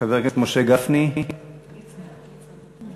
חבר הכנסת יעקב ליצמן, לא נמצא.